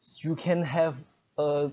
you can have a